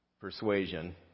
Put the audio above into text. persuasion